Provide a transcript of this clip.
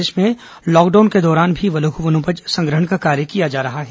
प्रदेश में लॉकडाउन के दौरान भी लघु वनोपज संग्रहण का कार्य किया जा रहा है